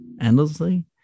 endlessly